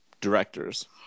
directors